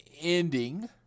ending